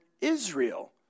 Israel